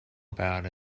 about